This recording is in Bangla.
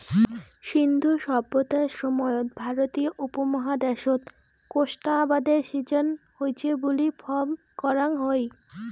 সিন্ধু সভ্যতার সময়ত ভারতীয় উপমহাদ্যাশত কোষ্টা আবাদের সিজ্জন হইচে বুলি ফম করাং হই